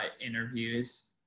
interviews